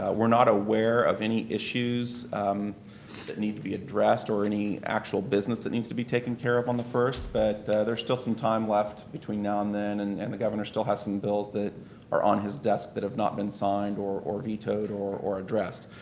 we're not aware of any issues that need to be addressed or any actual business that needs to be taken care of on the first but there's still some time left between now and then and and the governor still has some bills that are on his desk that have not been signed or or vetoed or or addressed.